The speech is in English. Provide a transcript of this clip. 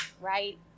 right